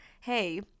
hey